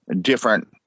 different